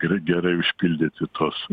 ir gerai užpildyti tuos